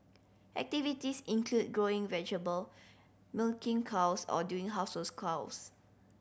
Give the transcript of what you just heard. activities include growing vegetable milking cows or doing household clause